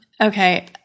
Okay